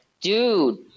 dude